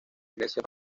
iglesia